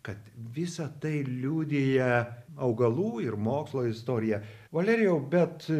kad visa tai liudija augalų ir mokslo istorija valerijau bet